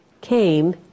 came